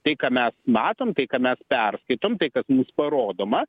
tai ką mes matom tai ką mes perskaitom tai kas mums parodoma